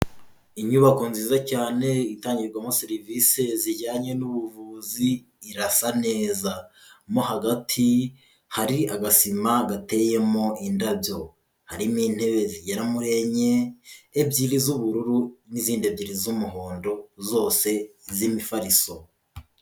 Inyubako nziza cyane itangirwamo serivisi zijyanye n'ubuvuzi irasa neza, mo hagati hari agasima gateyemo indabyo. harimo intebe zigera enye, ebyiri z'ubururu, n'izindi ebyiri z'umuhondo, zose z'imifariso.